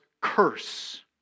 curse